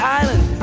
island